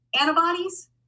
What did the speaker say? antibodies